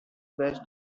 best